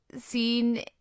seen